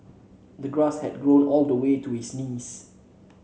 the grass had grown all the way to his knees